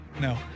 No